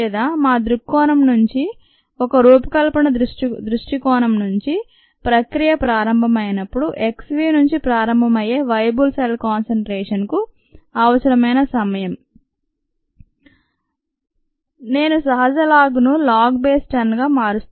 లేదా మా దృక్కోణం నుండి ఒక రూపకల్పన దృష్టికోణం నుండి ప్రక్రియ ప్రారంభమైన ప్పుడు x v నుండి ప్రారంభం అయ్యే వయబుల్ సెల్ కాన్సంట్రేషన్ కు అవసరమైన సమయం కాదు కాదు నేను సహజ లాగ్ ను లాగ్ బేస్ 10గా మారుస్తున్నాను